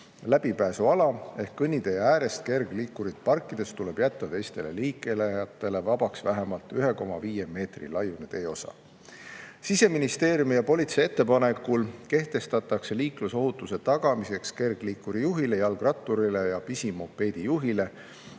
läbipääsuala ehk kõnniteel kergliikurit parkides tuleb jätta teistele liiklejatele vabaks vähemalt 1,5 meetri laiune teeosa. Siseministeeriumi ja politsei ettepanekul kehtestatakse liiklusohutuse tagamiseks kergliikuri juhile, jalgratturile ja pisimopeedi juhile